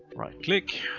right-click,